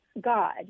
God